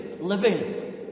living